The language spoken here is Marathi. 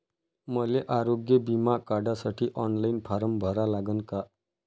मले आरोग्य बिमा काढासाठी ऑनलाईन फारम भरा लागन का?